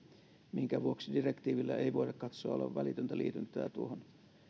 minkä vuoksi direktiivillä ei voida katsoa olevan välitöntä liityntää tuohon